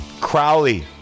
Crowley